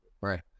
Right